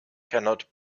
cannot